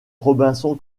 robinson